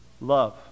Love